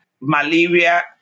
Malaria